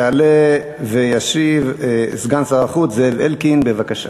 יעלה וישיב סגן שר החוץ זאב אלקין, בבקשה.